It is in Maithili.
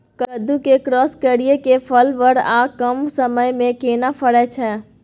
कद्दू के क्रॉस करिये के फल बर आर कम समय में केना फरय छै?